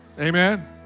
Amen